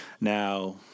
Now